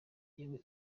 yewe